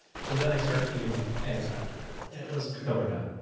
so then i start eating and it's not cooked. right. and it wasn't covered on,